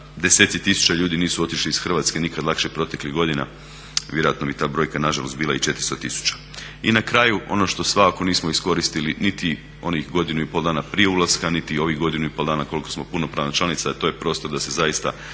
deseci tisuća ljudi nisu otišli iz Hrvatske nikad lakše proteklih godina, vjerojatno bi ta brojka nažalost bila i 400 tisuća. I na kraju, ono što svakako nismo iskoristili niti onih godinu i pol dana prije ulaska, niti ovih godinu i pol dana koliko smo punopravna članica jer to je prostor da se zaista